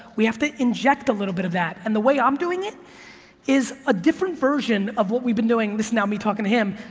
we have to inject a little bit of that and the way i'm doing it is a different version of what we've been doing, this is now me talking to him,